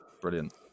Brilliant